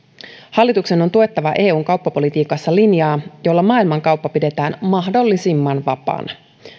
hallituksen on tuettava eun kauppapolitiikassa linjaa jolla maailmankauppa pidetään mahdollisimman vapaana